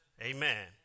Amen